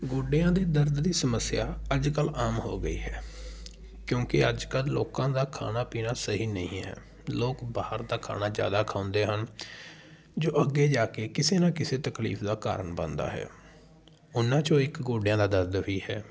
ਗੋਡਿਆਂ ਦੇ ਦਰਦ ਦੀ ਸਮੱਸਿਆ ਅੱਜ ਕੱਲ੍ਹ ਆਮ ਹੋ ਗਈ ਹੈ ਕਿਉਂਕਿ ਅੱਜ ਕੱਲ੍ਹ ਲੋਕਾਂ ਦਾ ਖਾਣਾ ਪੀਣਾ ਸਹੀ ਨਹੀਂ ਹੈ ਲੋਕ ਬਾਹਰ ਦਾ ਖਾਣਾ ਜ਼ਿਆਦਾ ਖਾਂਦੇ ਹਨ ਜੋ ਅੱਗੇ ਜਾ ਕੇ ਕਿਸੇ ਨਾ ਕਿਸੇ ਤਕਲੀਫ਼ ਦਾ ਕਾਰਨ ਬਣਦਾ ਹੈ ਉਨ੍ਹਾਂ ਚੋਂ ਇੱਕ ਗੋਡਿਆਂ ਦਾ ਦਰਦ ਵੀ ਹੈ